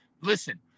Listen